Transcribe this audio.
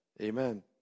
Amen